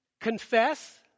confess